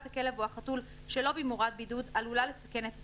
הכלב או החתול שלא במאורת בידוד עלולה לסכן את הציבור,